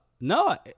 No